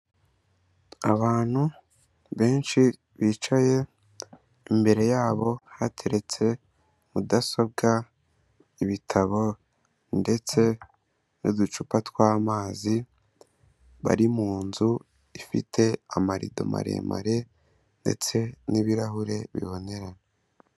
Abantu benshi bicaye imbere yabo hateretse mudasobwa, ibitabo ndetse n'uducupa tw'amazi, bari mu nzu ifite amarido maremare ndetse n'ibirahure bibonerana.